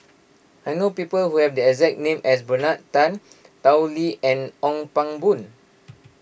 I know people who have the exact name as Bernard Tan Tao Li and Ong Pang Boon